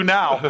now